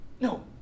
No